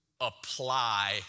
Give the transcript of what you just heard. apply